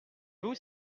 vous